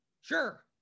Sure